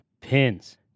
pins